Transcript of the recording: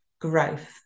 growth